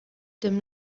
dem